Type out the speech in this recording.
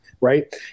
right